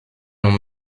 longs